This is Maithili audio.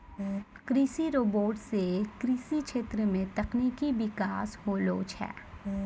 कृषि रोबोट सें कृषि क्षेत्र मे तकनीकी बिकास होलो छै